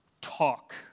talk